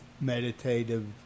meditative